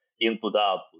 input-output